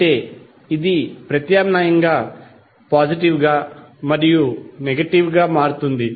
అంటే ఇది ప్రత్యామ్నాయంగా పాజిటివ్ గా మరియు నెగెటివ్ గా మారుతుంది